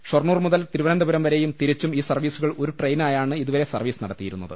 ഷൊർണ്ടൂർ മുതൽ തിരുവന ന്തപുരം വരേയും തിരിച്ചും ഈ സർവീസുകൾ ഒരു ട്രെയിനായാണ് ഇതുവരെ സർവീസ് നടത്തിയിരുന്ന്ത്